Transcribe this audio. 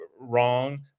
wrong